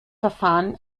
verfahren